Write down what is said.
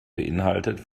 beinhaltet